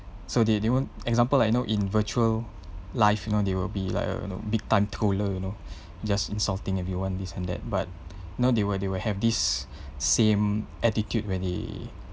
so they they won't example like you know in virtual life you know they will be like a you know big time troller you know just insulting if you want this and that but now they will they will have this same attitude when they